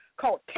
called